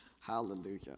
Hallelujah